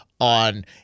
on